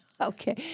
Okay